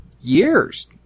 years